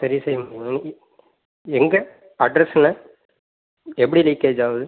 சரி சரி சரிங்க எங்கே அட்ரஸ் என்ன எப்படி லீக்கேஜ் ஆகுது